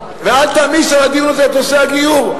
ואל תעמיס על הדיון הזה את נושא הגיור.